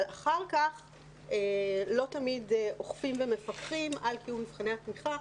אבל אחר כך לא תמיד אוכפים ומפקחים על קיום מבחני התמיכה.